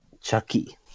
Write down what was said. Chucky